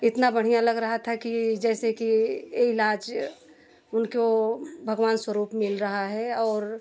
इतना बढ़ियां लग रहा था कि जैसे कि यह इलाज़ उनको भगवान स्वरूप मिल रहा है और